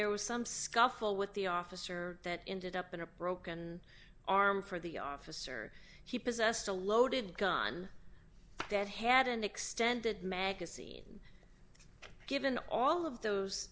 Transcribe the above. there was some scuffle with the officer that ended up in a broken arm for the officer he possessed a loaded gun that had an extended magazine given all of those